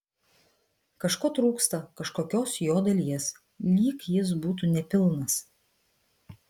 kažko trūksta kažkokios jo dalies lyg jis būtų nepilnas